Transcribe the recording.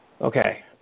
Okay